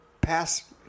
pass –